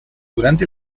durante